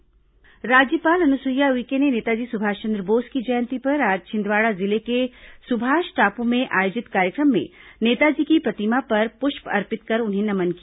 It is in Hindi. सुभाषचंद्र बोस राज्यपाल राज्यपाल अनुसुईया उइके ने नेताजी सुभाषचंद्र बोस की जयंती पर आज छिंदवाड़ा जिले के सुभाष टापू में आयोजित कार्यक्रम में नेताजी की प्रतिमा पर पुष्प अर्पित कर उन्हें नमन किया